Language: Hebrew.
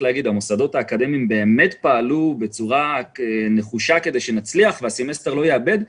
והמוסדות האקדמיים באמת פעלו בצורה נחושה כדי שנצליח ושהסמסטר לא ייאבד,